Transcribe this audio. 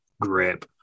grip